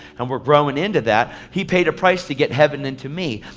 and we're growing into that. he paid a price to get heaven into me.